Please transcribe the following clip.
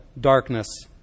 darkness